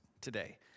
today